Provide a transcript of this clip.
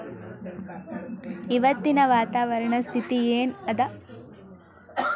ಇವತ್ತಿನ ವಾತಾವರಣ ಸ್ಥಿತಿ ಏನ್ ಅದ?